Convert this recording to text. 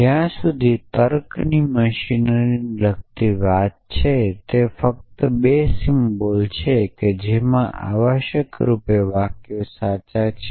જ્યાં સુધી તર્કની મશીનને લગતી વાત છે તે ફક્ત 2 સિમ્બલ્સ છે કે જેમાં આવશ્યક રૂપે વાક્યો સાચા છે